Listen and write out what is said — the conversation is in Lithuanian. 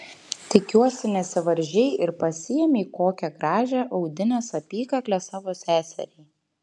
tikiuosi nesivaržei ir pasiėmei kokią gražią audinės apykaklę savo seseriai